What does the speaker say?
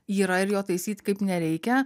yra ir jo taisyt kaip nereikia